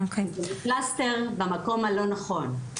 זה פלסטר במקום הלא נכון.